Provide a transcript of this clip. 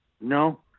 no